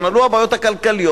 עלו הבעיות הכלכליות,